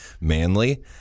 manly